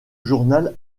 journal